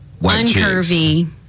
uncurvy